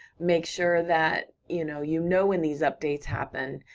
make sure that, you know, you know when these updates happen,